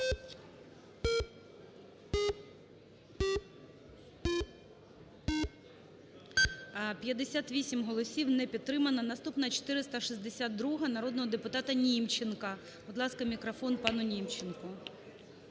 58 голосів. Не підтримана. Наступна – 462-а народного депутата Німченка. Будь ласка, мікрофон пану Німченко.